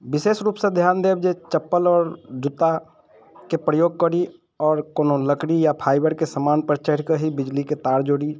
विशेष रूपसँ ध्यान देब जे चप्पल आओर जूताके प्रयोग करी आओर कोनो लकड़ी या फाइवरके समान पर चढ़िके ही बिजलीके तार जोड़ी